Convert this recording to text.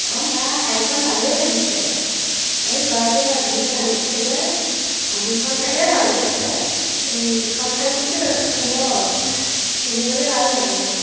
অঁ নাই শাড়ীখন ভালেই লাগিছে এই ল'ৰাই যে বিহুত আনি দিছিলে অঁ দুয়োখন শাৰীয়েই ভাল লাগিছে এইখন শাড়ী কিন্তু কোমল পিন্ধিবলে ভাল লাগে